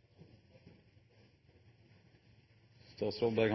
til forskning